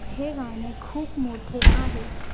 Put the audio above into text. हे गाणे खूप मोठे आहे